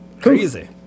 Crazy